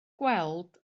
gweld